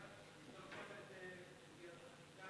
מה יצא לנו מהחינוך?